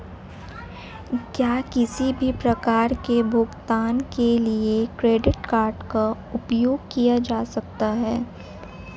क्या किसी भी प्रकार के भुगतान के लिए क्रेडिट कार्ड का उपयोग किया जा सकता है?